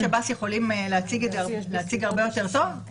נציגי שב"ס יכולים להציג הרבה יותר טוב.